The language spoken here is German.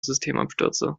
systemabstürze